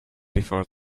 before